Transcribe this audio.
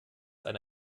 eine